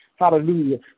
Hallelujah